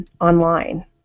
online